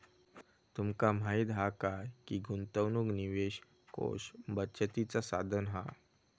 तुमका माहीत हा काय की गुंतवणूक निवेश कोष बचतीचा साधन हा